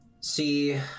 see